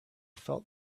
felt